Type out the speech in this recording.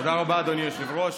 תודה רבה, אדוני היושב-ראש.